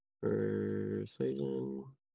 Persuasion